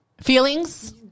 Feelings